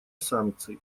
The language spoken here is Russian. санкций